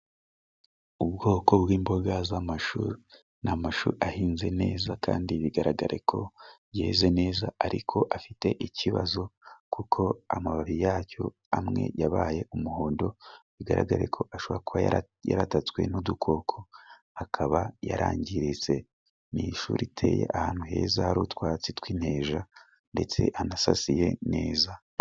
Ubwoko bw'imboga z'amashu, ni amashu ahinze neza kandi bigaragare ko byeze neza, ariko afite ikibazo, kuko amababi yacyo, amwe yabaye umuhondo bigaragare ko ashobora kuba yaratatswe n'udukoko, akaba yarangiritse. Ni ishu riteye ahantu heza, hari utwatsi tw'inteja ndetse hanasasiye neza.